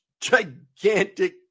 gigantic